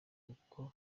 kuko